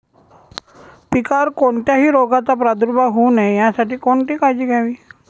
पिकावर कोणत्याही रोगाचा प्रादुर्भाव होऊ नये यासाठी कोणती काळजी घ्यावी?